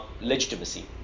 legitimacy